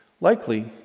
Likely